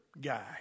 guy